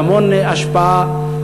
והמון השפעה,